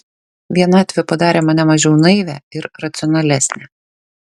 vienatvė padarė mane mažiau naivią ir racionalesnę